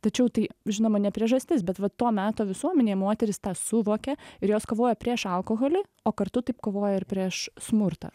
tačiau tai žinoma ne priežastis bet va to meto visuomenėje moterys tą suvokė ir jos kovojo prieš alkoholį o kartu taip kovojo ir prieš smurtą